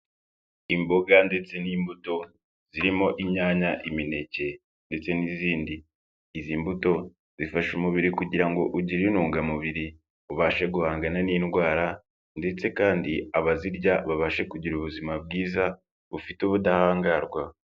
Imboga ndetse n'imbuto, zirimo inyanya, imineke ndetse n'izindi. Izi mbuto zifasha umubiri kugira ngo ugire intungamubiri, ubashe guhangana n'indwara ndetse kandi abazirya babashe kugira ubuzima bwiza, bufite ubudahangarwa.